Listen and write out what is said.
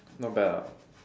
not bad lah